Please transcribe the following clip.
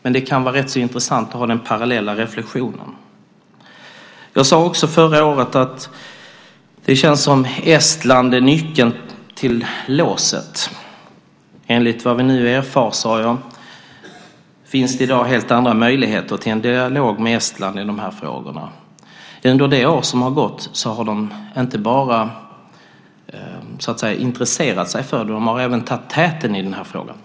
Men det kan vara rätt så intressant att ha den parallella reflexionen. Jag sade också förra året att det känns som om Estland är nyckeln till låset. Enligt vad vi nu erfar finns det i dag helt andra möjligheter till en dialog med Estland i dessa frågor. De har under de år som har gått inte bara så att säga intresserat sig för dem. De har även tagit täten i dessa frågor.